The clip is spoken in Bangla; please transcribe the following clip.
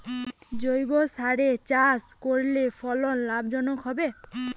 জৈবসারে চাষ করলে ফলন লাভজনক হবে?